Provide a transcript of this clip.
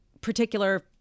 particular